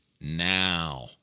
now